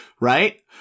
Right